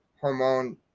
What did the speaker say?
hormone